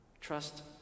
Trust